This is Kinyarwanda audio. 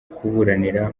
kuburanira